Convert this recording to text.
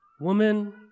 woman